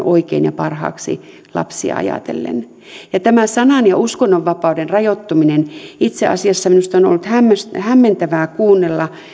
oikein ja parhaaksi lapsia ajatellen tästä sanan ja uskonnonvapauden rajoittumisesta minusta on itse asiassa ollut hämmentävää kuunnella